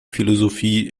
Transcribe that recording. philosophie